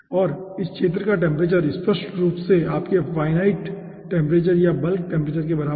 और इस क्षेत्र का टेम्परेचर स्पष्ट रूप से आपके इनफाइनाईट टेम्परेचर या बल्क टेम्परेचर के बराबर होगा